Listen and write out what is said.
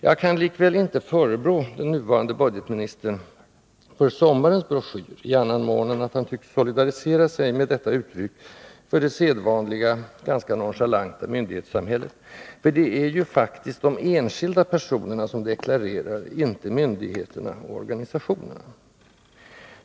Jag kan likväl inte förebrå den nuvarande budgetministern för sommarens broschyr i annan mån än att han tycks solidarisera sig med detta uttryck för det sedvanliga, ganska nonchalanta myndighetssamhället — för det är ju faktiskt de enskilda personerna som deklarerar, inte myndigheterna och organisationerna.